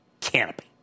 Canopy